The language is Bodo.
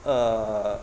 ओ